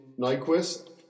Nyquist